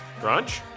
Brunch